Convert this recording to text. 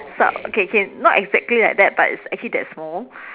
sort K K not exactly like that but it's actually that small